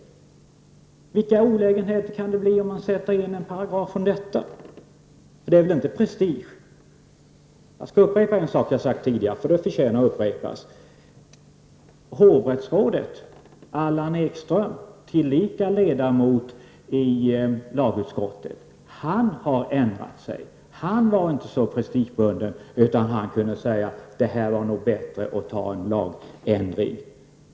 Vilka olägenheter kan det bli om man för in en paragraf om detta? Det är väl inte prestige? Jag skall upprepa en sak som jag sagt tidigare men som jag tycker förtjänar att upprepas. Hovrättsrådet och tillika ledamoten i lagutskottet Allan Ekström har kunnat ändra sig på den här punkten. Han var inte så prestigebunden, utan han kunde säga: Det är nog bättre att göra en lagändring.